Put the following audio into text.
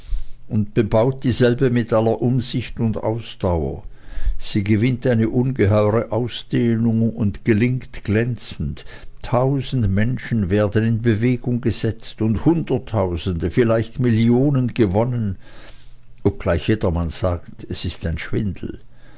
und bebaut dieselbe mit aller umsicht und ausdauer sie gewinnt eine ungeheure ausdehnung und gelingt glänzend tausend menschen werden in bewegung gesetzt und hunderttausende vielleicht millionen gewonnen obgleich jedermann sagt es ist ein schwindel